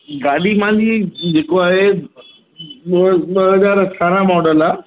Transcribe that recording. गाॾी मुंहिंजी जेको आहे ॿो ॿ हज़ार अठारह मॉडल आहे